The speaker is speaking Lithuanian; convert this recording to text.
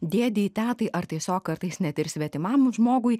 dėdei tetai ar tiesiog kartais net ir svetimam žmogui